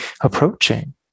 approaching